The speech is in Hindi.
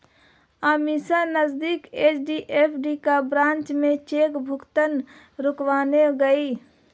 अमीषा नजदीकी एच.डी.एफ.सी ब्रांच में चेक भुगतान रुकवाने गई